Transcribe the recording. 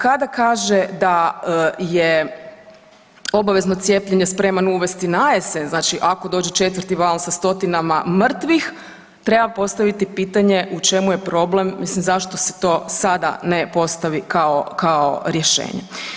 Kada kaže da je obavezno cijepljenje spreman uvesti na jesen, znači ako dođe 4. val sa stotinama mrtvih, treba postaviti pitanje, u čemu je problem, mislim zašto se to sada ne postavi kao rješenje.